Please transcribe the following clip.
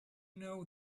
know